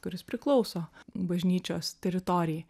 kuris priklauso bažnyčios teritorijai